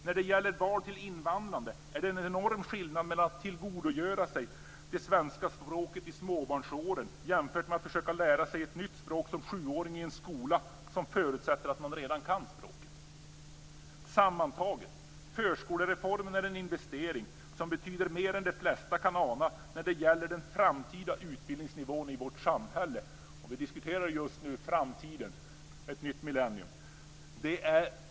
När det gäller barn till invandrade är det en enorm skillnad mellan att tillgodogöra sig det svenska språket i småbarnsåren och att försöka lära sig ett nytt språk som sjuåring i en skola som förutsätter att man redan kan språket. Sammantaget: Förskolereformen är en investering som betyder mer än de flesta kan ana när det gäller den framtida utbildningsnivån i vårt samhälle. Vi diskuterar just nu framtiden - ett nytt millennium.